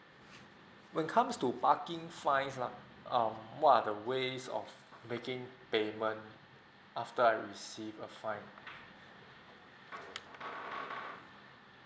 when comes to parking fine uh um what are the ways of making payment after I receive a fine